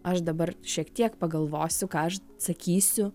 aš dabar šiek tiek pagalvosiu ką aš sakysiu